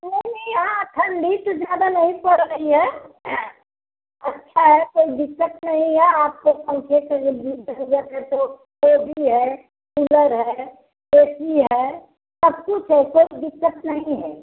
कोई नहीं यहाँ ठंडी तो ज़्यादा नहीं पड़ रही है अच्छा है कोई दिक्कत नहीं है आपको पंखे की जब भी ज़रूरत है तो ओ भी है कूलर है ए सी है सब कुछ है कोई दिक्कत नहीं है